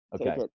Okay